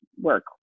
work